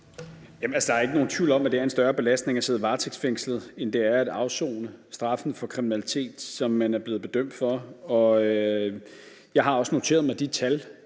Der er ikke nogen tvivl om, at det er en større belastning at sidde varetægtsfængslet, end det er at afsone straffen for kriminalitet, som man er blevet dømt for. Jeg har også noteret mig de tal,